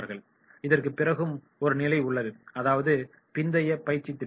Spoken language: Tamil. இதற்கு பிறகும் ஒரு நிலை உள்ளது அதாவது பிந்தைய பயிற்சித் திட்டம் நிலை ஆகும்